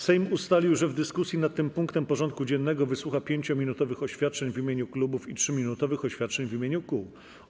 Sejm ustalił, że w dyskusji nad tym punktem porządku dziennego wysłucha 5-minutowych oświadczeń w imieniu klubów i 3-minutowych oświadczeń w imieniu kół.